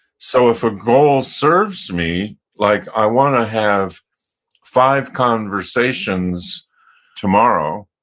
so if a goal serves me, like i want to have five conversations tomorrow,